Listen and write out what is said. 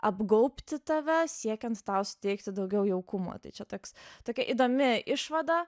apgaubti tave siekiant tau suteikti daugiau jaukumo tai čia toks tokia įdomi išvada